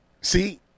See